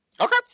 Okay